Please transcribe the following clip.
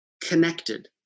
connected